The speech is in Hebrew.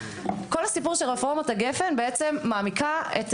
כל הסיפור של רפורמת גפ"ן בעצם מעמיקה את